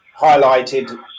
highlighted